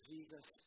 Jesus